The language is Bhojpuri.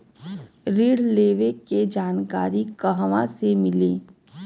ऋण लेवे के जानकारी कहवा से मिली?